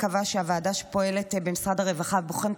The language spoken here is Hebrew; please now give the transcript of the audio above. אני מקווה שהוועדה שפועלת במשרד הרווחה בוחנת